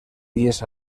dies